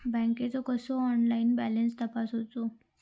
बँकेचो कसो online balance तपासायचो?